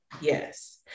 Yes